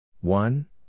One